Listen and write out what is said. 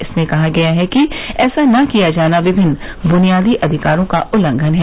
इसमें कहा गया है कि ऐसा ना किया जाना विभिन्न ब्नियादी अधिकारों का उल्लंघन है